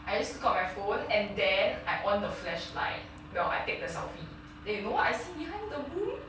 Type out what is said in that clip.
I just took out my phone and then I on the flash light well I take the selfie then you know what I see behind the worm